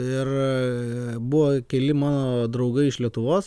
ir buvo keli mano draugai iš lietuvos